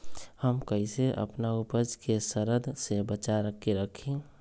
हम कईसे अपना उपज के सरद से बचा के रखी?